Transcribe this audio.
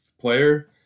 player